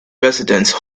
residence